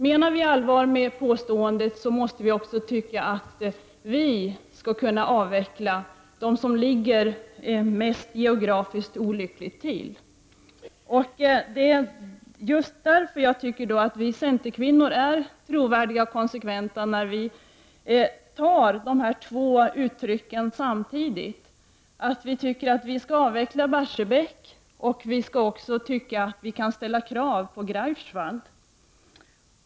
Menar vi allvar med påståendet måste vi också tycka att de reaktorer som ligger geografiskt mest olyckligt till skall avvecklas. Det är just därför som jag tycker att vi centerkvinnor är trovärdiga och konsekventa när vi samtidigt uttrycker att Barsebäck skall avvecklas och att det kan ställas krav på Greifswald.